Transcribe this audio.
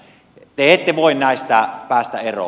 te ette voi näistä päästä eroon